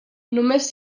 només